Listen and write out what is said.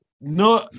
No